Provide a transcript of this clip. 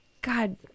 God